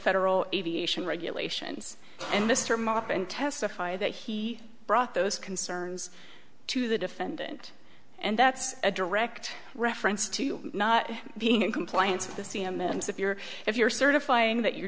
federal aviation regulations and mr mop and testify that he brought those concerns to the defendant and that's a direct reference to not being in compliance of the cmin is if you're if you're certifying that you're